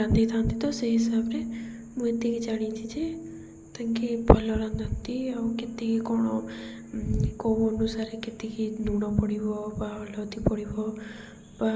ରାନ୍ଧିଥାନ୍ତି ତ ସେଇ ହିସାବରେ ମୁଁ ଏତିକି ଜାଣିଛି ଯେ ତାଙ୍କେ ଭଲ ରାନ୍ଧନ୍ତି ଆଉ କେତିକି କ'ଣ କେଉଁ ଅନୁସାରେ କେତିକି ଲୁଣ ପଡ଼ିବ ବା ହଳଦୀ ପଡ଼ିବ ବା